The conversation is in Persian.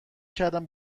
کردم